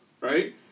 right